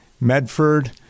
Medford